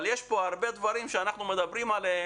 אבל יש הרבה דברים שאנחנו מדברים עליהם